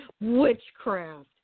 witchcraft